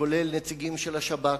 כולל נציגים של השב"כ,